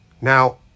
Now